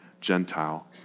Gentile